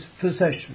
possession